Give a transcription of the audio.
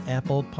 Apple